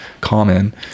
common